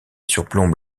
surplombe